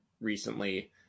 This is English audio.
recently